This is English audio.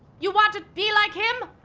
you want to be like him?